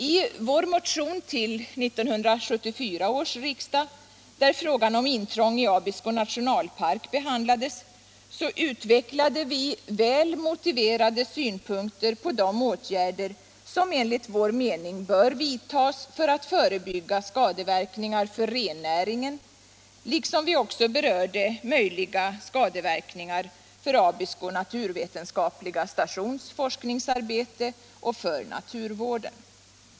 I vår motion till 1974 års riksdag, där frågan om intrång i Abisko nationalpark behandlades, utvecklade vi välmotiverade synpunkter på de åtgärder som enligt vår mening bör vidtas för att förebygga skadeverkningar för rennäringen, liksom vi också berörde möjliga skadeverkningar, för Abisko naturvetenskapliga stations forskningsarbete och för naturvården.